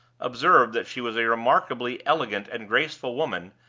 observed that she was a remarkably elegant and graceful woman,